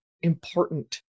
important